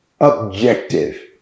objective